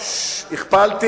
תודה לך.